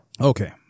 Okay